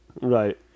Right